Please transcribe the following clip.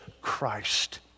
Christ